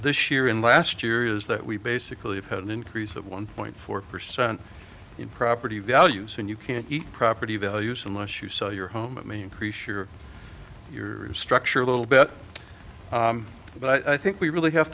this year and last year is that we basically have had an increase of one point four percent in property values and you can't property values unless you sell your home i mean your structure a little better but i think we really have